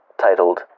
titled